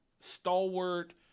Stalwart